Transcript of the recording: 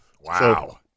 Wow